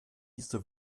diese